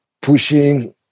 pushing